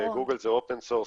שגוגל זה open source.